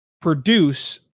produce